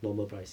normal price